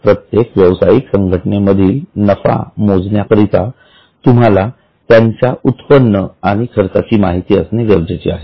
प्रत्येक व्यवसायिक संघटनेमधील नफा मोजण्याकरिता तुम्हाला त्यांच्या उत्पन्न आणि खर्चाची माहिती असणे गरजेचे आहे